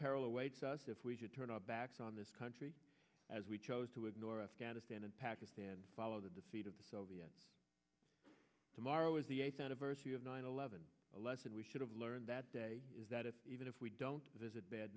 us if we should turn our backs on this country as we chose to ignore afghanistan and pakistan follow the defeat of the soviet tomorrow is the eighth anniversary of nine eleven a lesson we should have learned that day is that it even if we don't visit